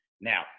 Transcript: Now